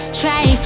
try